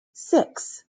six